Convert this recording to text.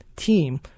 team